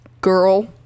girl